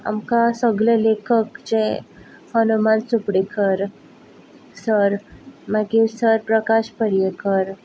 आमकां सगले लेखक जे हनुमंत चोपडेकर सर मागीर सर प्रकाश पर्येंकर